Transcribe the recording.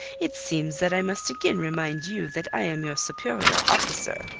it seems that i must again remind you that i am your superior officer.